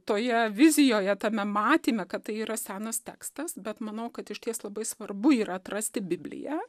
toje vizijoje tame matyme kad tai yra senas tekstas bet manau kad išties labai svarbu yra atrasti bibliją